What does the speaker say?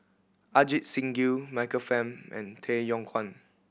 Ajit Singh Gill Michael Fam and Tay Yong Kwang